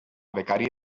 becari